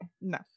No